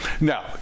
Now